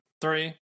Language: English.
three